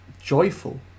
joyful